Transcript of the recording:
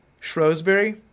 Shrewsbury